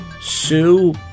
sue